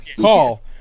call